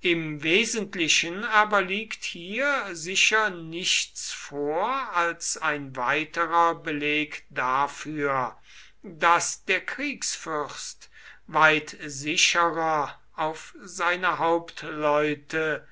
im wesentlichen aber liegt hier sicher nichts vor als ein weiterer beleg dafür daß der kriegsfürst weit sicherer auf seine